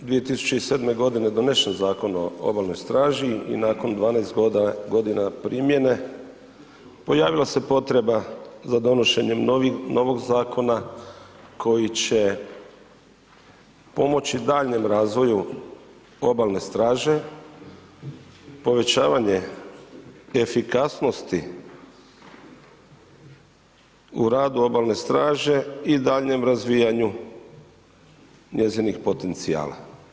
Evo nakon što je 2007. godine donesen Zakon o obalnoj straži i nakon 12 godina primjene pojavila se potreba za donošenjem novog zakona koji će pomoći daljnjem razvoju obalne straže, povećavanje efikasnosti u radu obalne straže i daljnjem razvijanju njezinih potencijala.